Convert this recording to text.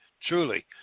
truly